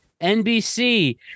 NBC